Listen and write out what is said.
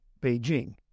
Beijing